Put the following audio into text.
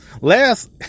last